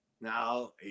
Now